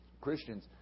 Christians